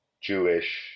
Jewish